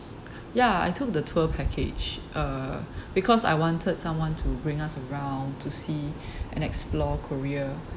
ya I took the tour package uh because I wanted someone to bring us around to see and explore korea